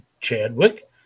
Chadwick